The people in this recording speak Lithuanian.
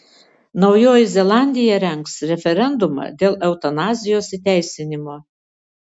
naujoji zelandija rengs referendumą dėl eutanazijos įteisinimo